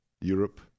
Europe